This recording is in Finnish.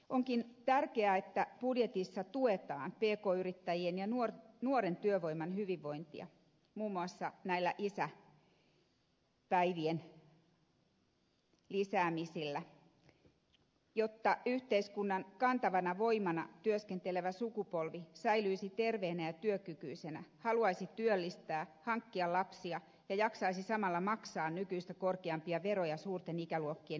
onkin tärkeää että budjetissa tuetaan pk yrittäjien ja nuoren työvoiman hyvinvointia muun muassa näillä isäpäivien lisäämisillä jotta yhteiskunnan kantavana voimana työskentelevä sukupolvi säilyisi terveenä ja työkykyisenä haluaisi työllistää hankkia lapsia ja jaksaisi samalla maksaa nykyistä korkeampia veroja suurten ikäluokkien eläköityessä